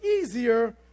easier